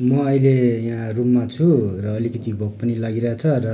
म अहिले यहाँ रुममा छु र अलिकति भोक पनि लागिरहेछ र